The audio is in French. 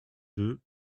deux